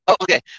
okay